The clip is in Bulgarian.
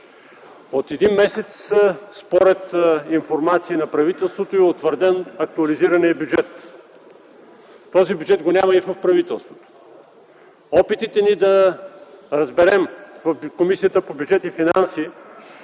От един месец според информация на правителството е утвърден актуализираният бюджет. Този бюджет го няма в правителството. Опитите ни в Комисията по бюджет и финанси